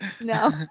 No